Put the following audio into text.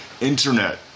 Internet